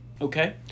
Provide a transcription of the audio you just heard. Okay